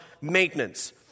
maintenance